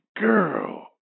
girl